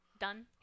Done